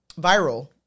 viral